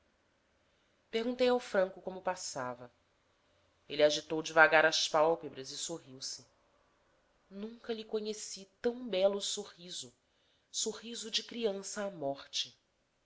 perguntei ao franco como passava ele agitou devagar as pálpebras e sorriu-se nunca lhe conheci tão belo sorriso sorriso de criança à morte